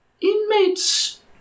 inmates